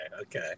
okay